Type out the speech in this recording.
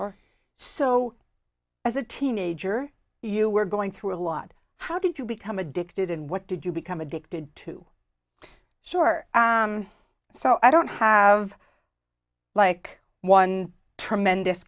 for so as a teenager you were going through a lot how did you become addicted and what did you become addicted to short so i don't have like one tremendous